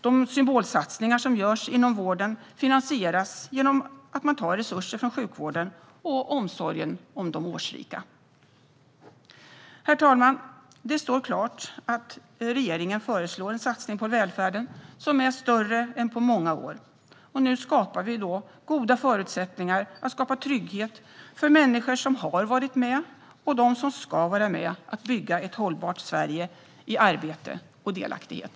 De symbolsatsningar som görs inom vården finansieras genom att man tar resurser från sjukvården och omsorgen om de årsrika. Herr talman! Det står klart att regeringen föreslår en satsning på välfärden som är större än på många år. Nu skapar vi goda förutsättningar att skapa trygghet för människor som har varit med om - och för dem som ska vara med om - att bygga ett hållbart Sverige i arbete och delaktighet.